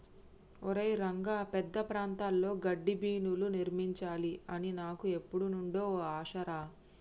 ఒరై రంగ పెద్ద ప్రాంతాల్లో గడ్డిబీనులు నిర్మించాలి అని నాకు ఎప్పుడు నుండో ఓ ఆశ రా